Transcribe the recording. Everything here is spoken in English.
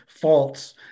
faults